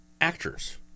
actors